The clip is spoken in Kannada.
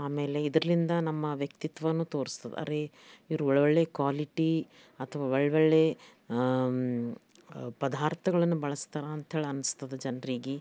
ಆಮೇಲೆ ಇದ್ರಿಂದ ನಮ್ಮ ವ್ಯಕ್ತಿತ್ವವೂ ತೋರ್ಸ್ತದೆ ಅರೇ ಇವರು ಒಳ್ಳೊಳ್ಳೆ ಕ್ವಾಲಿಟಿ ಅಥವಾ ಒಳ್ಳೊಳ್ಳೆ ಪಧಾರ್ಥಗಳನ್ನು ಬಳಸ್ತಾರೆ ಅಂಥೇಳಿ ಅನ್ಸ್ತದೆ ಜನ್ರಿಗೆ